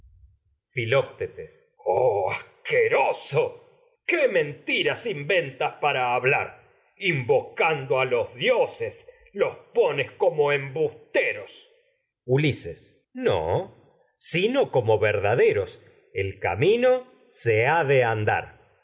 filoctetes oh asqueroso a qué mentiras inven tas para hablar invocando los dioses los pones como embusteros ulises no sino de andar como verdaderos el camino se ha